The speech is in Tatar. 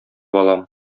алам